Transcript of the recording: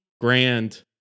grand